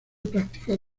practicar